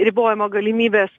ribojimo galimybės